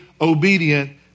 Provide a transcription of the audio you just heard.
obedient